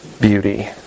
beauty